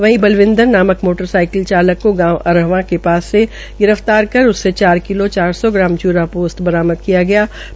वहीं बलविंदर नामक motorcycle चालक को अहरवां के पास से गिरफ्तार कर उससे चार किलो चार सौ ग्राम चूरापोस्त बरामद की गई